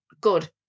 good